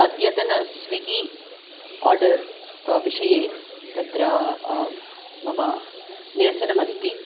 अद्यतन Swiggy order विषये तत्र मम निरसनमस्ति